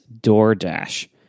DoorDash